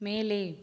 மேலே